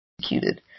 executed